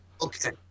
Okay